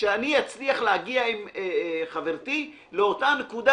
שאני אצליח להגיע עם חברתי לאותה נקודה,